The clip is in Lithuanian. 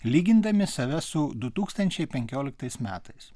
lygindami save su du tūkstančiai penkioliktais metais